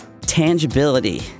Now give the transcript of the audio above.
tangibility